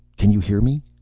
can you hear me?